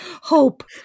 hope